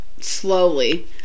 slowly